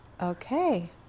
okay